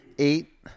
Eight